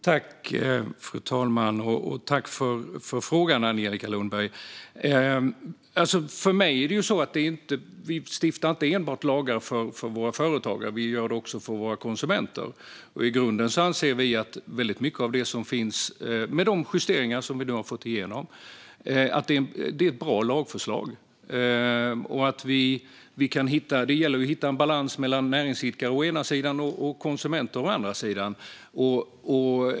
Fru talman! Tack för frågan, Angelica Lundberg! För mig är det så att vi inte stiftar lagar enbart för våra företagare utan också för våra konsumenter. I grunden anser vi att väldigt mycket av det som finns i förslaget är bra och att det, med de justeringar som vi nu har fått igenom, är ett bra lagförslag. Det gäller att hitta en balans mellan näringsidkare å ena sidan och konsumenter å andra sidan.